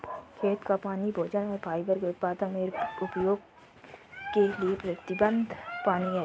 खेत का पानी भोजन और फाइबर के उत्पादन में उपयोग के लिए प्रतिबद्ध पानी है